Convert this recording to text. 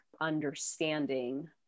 understanding